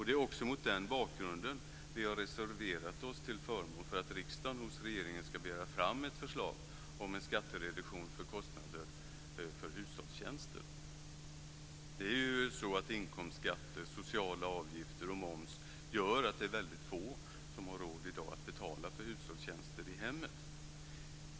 Det är också mot den bakgrunden vi har reserverat oss till förmån för att riksdagen hos regeringen ska begära fram ett förslag om en skattereduktion för kostnader för hushållstjänster. Inkomstskatter, sociala avgifter och moms gör att det är väldigt få som i dag har råd att betala för hushållstjänster i hemmet.